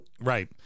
Right